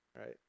right